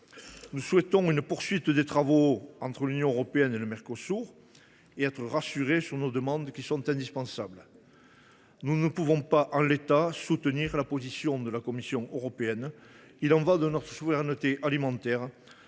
Nous souhaitons que se poursuivent les travaux entre l’Union européenne et le Mercosur et nous voulons être rassurés sur nos demandes, qui sont indispensables. Nous ne pouvons pas, en l’état, soutenir la position de la Commission européenne. Il y va de notre souveraineté alimentaire.